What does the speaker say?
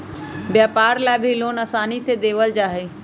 व्यापार ला भी लोन आसानी से देयल जा हई